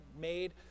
made